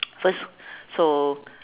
first so